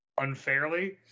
unfairly